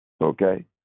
okay